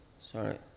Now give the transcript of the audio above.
Sorry